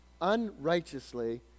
unrighteously